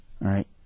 right